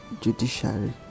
judiciary